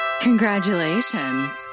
Congratulations